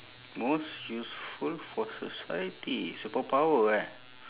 most useful for society superpower eh